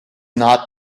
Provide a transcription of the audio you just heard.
not